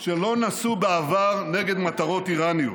שלא נעשו בעבר נגד מטרות איראניות.